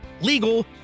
legal